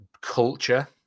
culture